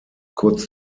kurz